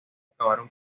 acabaron